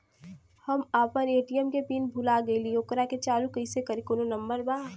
हम अपना ए.टी.एम के पिन भूला गईली ओकरा के चालू कइसे करी कौनो नंबर बा?